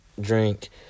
drink